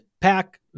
pack